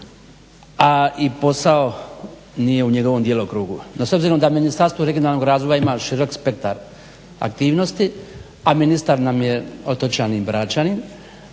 a i posao nije u njegovom djelokrugu. No s obzirom da Ministarstvo regionalnog razvoja ima širok spektar aktivnosti a ministar nam je otočanin Bračanin